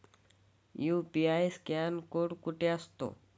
UPI scan code कुठे असतो?